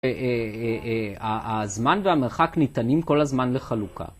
הזמן והמרחק ניתנים כל הזמן לחלוקה.